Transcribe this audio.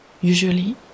Usually